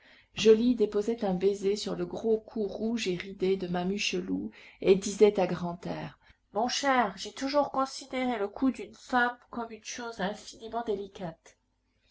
joly déposait un baiser sur le gros cou rouge et ridé de mame hucheloup et disait à grantaire mon cher j'ai toujours considéré le cou d'une femme comme une chose infiniment délicate